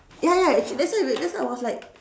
ya ya actually that's why that's why I was like